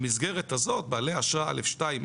במסגרת הזאת בעלי אשרה א.2,